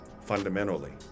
fundamentally